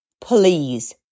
please